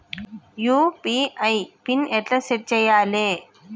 UPI pin ఎట్లా set చేయాలే?